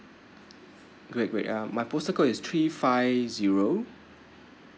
great great uh my postal code is three five zero